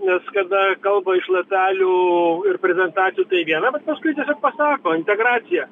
nes kada kalba iš lapelių ir prezentacijų tai viena bet paskui pasako integracija